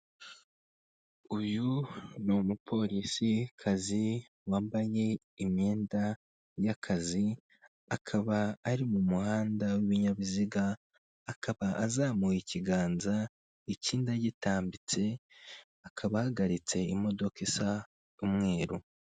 Uyu ni umupolisikazi wambaye imyenda y'akazi akaba ari mu muhanda w'ibinyabiziga, akaba azamuye ikiganza ikindi agitambitse, akaba ahagaritse imodoka isa umweru.